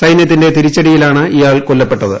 സൈന്യത്തിന്റെ തിരിച്ചടിയിലാണ് ഇയ്ട്രിൾ കൊല്ലപ്പെട്ടത്